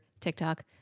TikTok